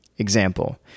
Example